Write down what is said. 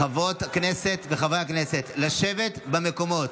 חברות וחברי הכנסת, לשבת במקומות.